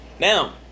Now